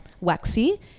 Waxy